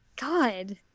God